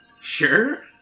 Sure